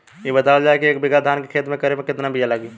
इ बतावल जाए के एक बिघा धान के खेती करेमे कितना बिया लागि?